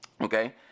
Okay